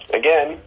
again